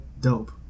dope